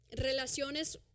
Relaciones